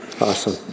Awesome